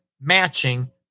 matching